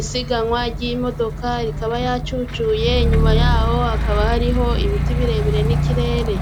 isiganwa ry'imodoka, ikaba yacucuye, inyuma yaho hakaba hariho ibiti birebire n'ikirere.